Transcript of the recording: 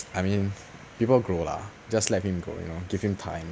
I mean people grow lah just let him grow you know give him time